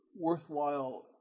worthwhile